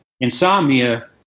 Insomnia